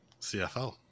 CFL